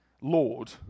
Lord